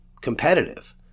competitive